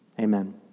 Amen